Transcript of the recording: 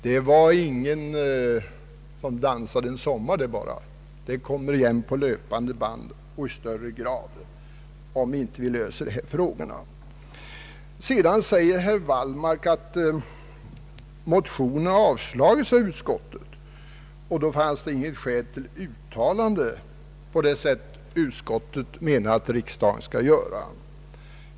Det var inget ”hon dansade en sommar” bara — det kommer igen på löpande band och mera markerat om vi inte löser dessa frågor. Vidare säger herr Wallmark att motionen avstyrkts av utskottet, och då finns inget skäl till ett uttalande av det slag som utskottet menar att riksdagen skall göra.